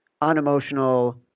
unemotional